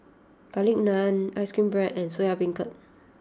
Garlic Naan Ice Cream Bread and Soya Beancurd